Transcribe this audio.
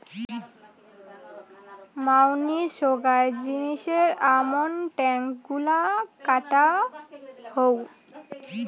মাঙনি সোগায় জিনিসের আমন ট্যাক্স গুলা কাটা হউ